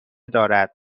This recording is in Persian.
دارد